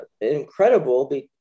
incredible